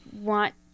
want